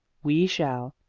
we shall,